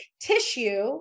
tissue